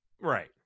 Right